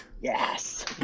Yes